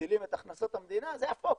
מגדילים את הכנסות המדינה זה הפוקוס,